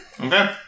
Okay